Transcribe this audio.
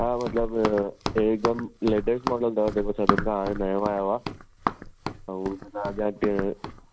तव्हां मतिलबु एकदमि लेटेस्ट मॉडल अथव जेको सभिनि खां हाणे नयो आयो आहे ऐं तव्हांजे अॻिते